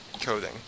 coding